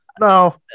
no